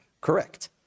correct